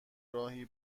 راهی